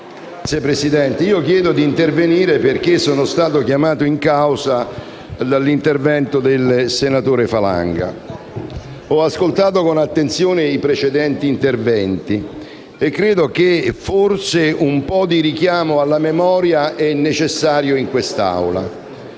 Signora Presidente, chiedo di intervenire perché sono stato chiamato in causa del senatore Falanga. Ho ascoltato con attenzione i precedenti interventi e credo che un richiamo alla memoria sia necessario, in questa